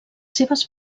seves